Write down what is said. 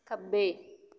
ਖੱਬੇ